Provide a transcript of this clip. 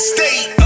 State